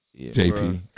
JP